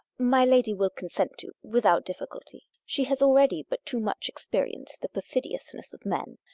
my lady will consent to, without difficulty she has already but too much experienced the perfidiousness of men.